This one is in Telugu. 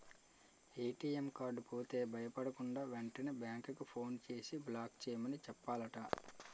ఏ.టి.ఎం కార్డు పోతే భయపడకుండా, వెంటనే బేంకుకి ఫోన్ చేసి బ్లాక్ చేయమని చెప్పాలట